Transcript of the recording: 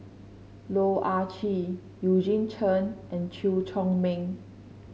Loh Ah Chee Eugene Chen and Chew Chor Meng